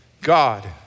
God